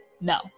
No